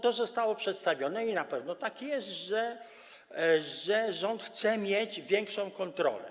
To zostało przedstawione i na pewno tak jest, że rząd chce mieć większą kontrolę.